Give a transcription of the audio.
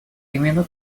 именно